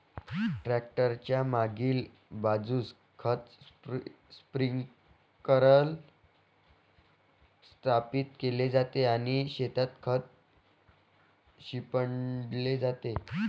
tractor च्या मागील बाजूस खत स्प्रिंकलर स्थापित केले जाते आणि शेतात खत शिंपडले जाते